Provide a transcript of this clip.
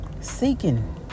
seeking